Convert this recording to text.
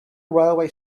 railway